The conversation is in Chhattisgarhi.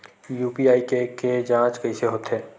यू.पी.आई के के जांच कइसे होथे?